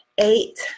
eight